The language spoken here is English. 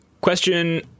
question